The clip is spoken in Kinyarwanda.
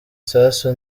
sasu